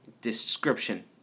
description